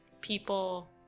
people